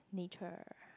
nature